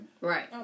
Right